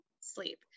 sleep